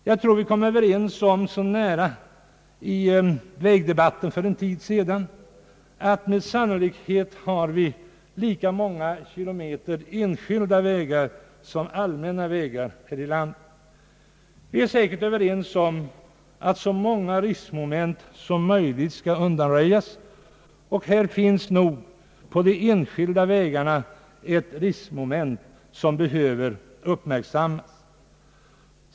Jag tror att vi i vägdebatten för en tid sedan nästan var överens om att vi sannolikt har lika många kilometer enskilda vägar som allmänna här i landet. Vi är säkert också överens om att så många riskmoment som möjligt skall undanröjas. På de enskilda vägarna finns nog ett riskmoment som behöver uppmärksammas.